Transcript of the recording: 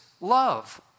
love